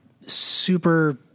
super